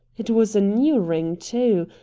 it was a new ring, too.